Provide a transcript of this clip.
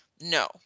no